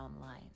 online